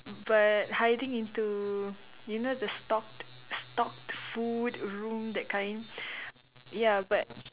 but hiding into you know the stocked stocked food room that kind ya but